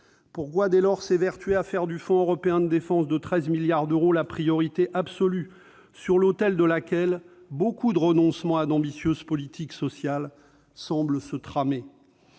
Pourquoi dès lors s'évertuer à faire du fonds européen de défense de 13 milliards d'euros la priorité absolue, sur l'autel de laquelle beaucoup de renoncements à d'ambitieuses politiques sociales semblent se tramer ?